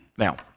Now